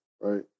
right